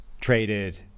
traded